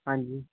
ਹਾਂਜੀ